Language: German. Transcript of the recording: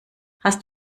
hast